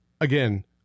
again